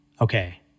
okay